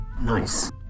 Nice